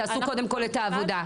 תעשו קודם כל את העבודה.